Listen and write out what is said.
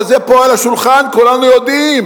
אבל זה פה על השולחן, כולנו יודעים.